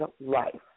life